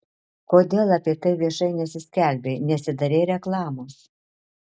kodėl apie tai viešai nesiskelbei nesidarei reklamos